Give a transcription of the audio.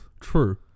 True